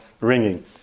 ringing